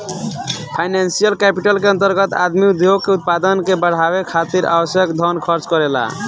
financial capital के अंतर्गत आदमी उद्योग के उत्पादन के बढ़ावे खातिर आवश्यक धन खर्च करेला